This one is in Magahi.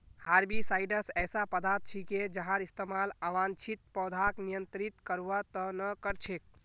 हर्बिसाइड्स ऐसा पदार्थ छिके जहार इस्तमाल अवांछित पौधाक नियंत्रित करवार त न कर छेक